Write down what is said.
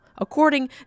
according